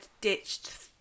ditched